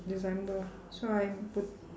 december so I book